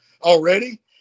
already